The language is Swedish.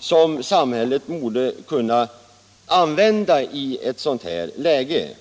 som samhället borde kunna använda i ett sådant här läge?